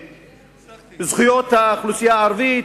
וזכויות האוכלוסייה הערבית